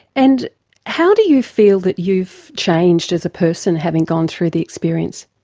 and how do you feel that you've changed as a person having gone through the experience?